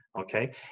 okay